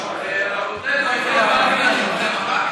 הגיע זמן קריאת שמע,